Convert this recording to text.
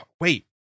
Wait